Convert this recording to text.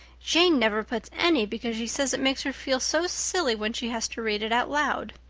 jane never puts any because she says it makes her feel so silly when she had to read it out loud.